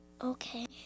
okay